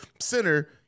center